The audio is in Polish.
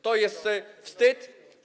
To jest wstyd.